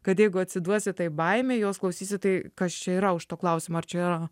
kad jeigu atsiduosiu tai baimei jos klausysiu tai kas čia yra už to klausimo ar čia yra